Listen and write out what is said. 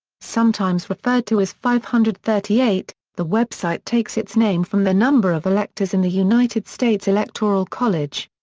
sometimes referred to as five hundred and thirty eight, the website takes its name from the number of electors in the united states electoral college.